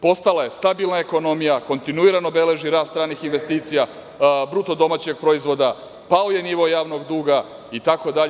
Postala je stabilna ekonomija, kontinuirano beleži rast ranih investicija, BDP, pao je nivo javnog duga itd.